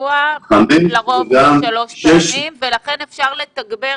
בשבוע לכן אפשר לתגבר.